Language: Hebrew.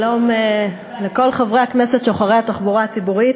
שלום לכל חברי הכנסת שוחרי התחבורה הציבורית.